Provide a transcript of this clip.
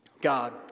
God